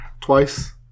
twice